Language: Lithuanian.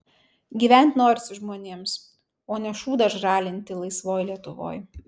gyvent norisi žmonėms o ne šūdą žralinti laisvoj lietuvoj